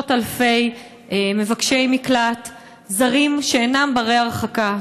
עשרות אלפי מבקשי מקלט זרים שאינם בני-הרחקה,